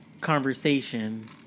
conversation